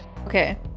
Okay